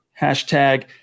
Hashtag